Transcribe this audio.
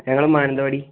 ഞങ്ങൾ മാനന്തവാടി